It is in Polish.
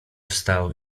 wstał